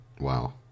wow